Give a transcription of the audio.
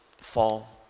fall